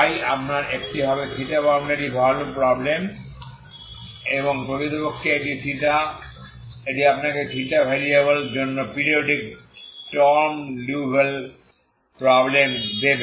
তাই আপনার একটি হবে বাউন্ডারি ভ্যালু প্রব্লেম এবং প্রকৃতপক্ষে এটি আপনাকে ভ্যারিয়েবল জন্য পিরিয়ডিক স্টর্ম লিওভিল্লে প্রব্লেম দেবে